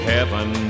Heaven